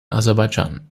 aserbaidschan